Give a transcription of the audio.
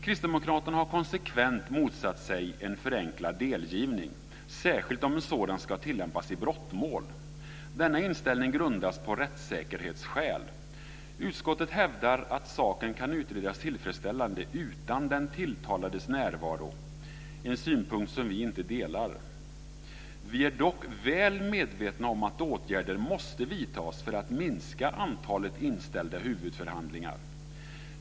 Kristdemokraterna har konsekvent motsatt sig en förenklad delgivning, särskilt om en sådan ska tillämpas i brottmål. Denna inställning grundas på rättssäkerhetsskäl. Utskottet hävdar att saken kan utredas tillfredsställande utan den tilltalades närvaro, en synpunkt som vi inte håller med om. Vi är väl medvetna om att åtgärder måste vidtas för att minska antalet inställda huvudförhandlingar.